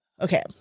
Okay